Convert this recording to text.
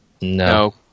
No